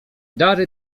dary